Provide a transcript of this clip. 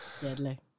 Deadly